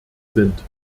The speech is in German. sind